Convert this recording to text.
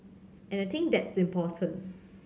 and I think that's important